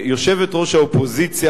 יושבת-ראש האופוזיציה,